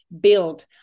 build